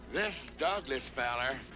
this douglas feller.